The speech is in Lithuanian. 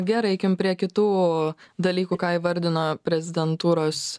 gerai eikim prie kitų dalykų ką įvardino prezidentūros